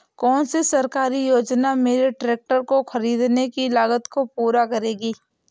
कौन सी सरकारी योजना मेरे ट्रैक्टर ख़रीदने की लागत को पूरा करेगी?